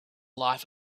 life